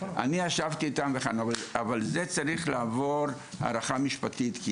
אבל זה צריך לעבור הערכה משפטית.